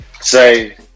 say